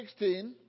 16